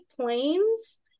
planes